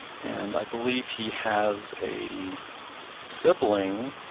and i believe he has a sibling